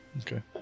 Okay